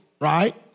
right